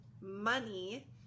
money